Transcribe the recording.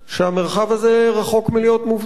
שהמרחב הזה רחוק מלהיות מובטח,